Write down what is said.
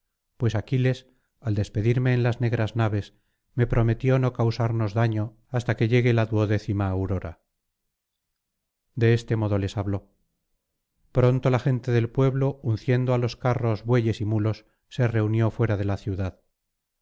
pues aquiles al despedirme en las negras naves me prometió no causarnos daño hasta que llegue la duodécima aurora de este modo les habló pronto la gente del pueblo unciendo á los carros bueyes y mulos se reunió fuera de la ciudad